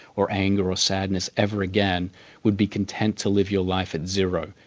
or anger or sadness ever again would be content to live your life at zero,